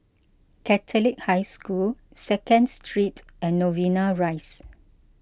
Catholic High School Second Street and Novena Rise